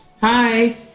Hi